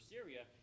Syria